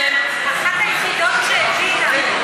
אחת היחידות שהבינה.